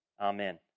Amen